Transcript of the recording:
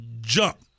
jump